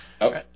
Okay